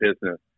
business